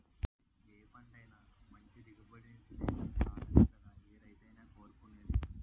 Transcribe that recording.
ఏ పంటైనా మంచి దిగుబడినిత్తే సాలనే కదా ఏ రైతైనా కోరుకునేది?